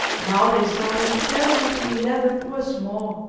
now they saw that seven of the eleven were small,